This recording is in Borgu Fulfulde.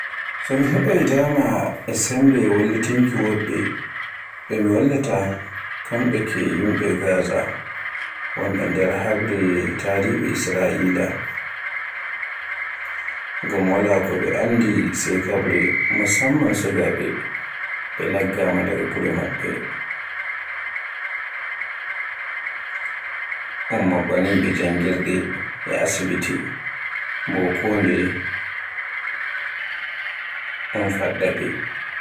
So mi heɓaay dama e sembe wallitinki woɓɓe, ɓe mi wallitata kamɓe ke yimɓe Gaza, woɓɓe nder habre Isra'ila. Ngam wala ko ɓe anndi sai kabre, musamman sukaaɓe, ɓe laggama daga gure maɓɓe, un maɓɓani ɓe janngirɗe e asibiti, bo kondeye e un faɗɗaɓe.